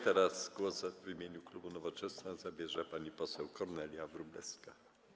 Teraz głos w imieniu klubu Nowoczesna zabierze pani poseł Kornelia Wróblewska.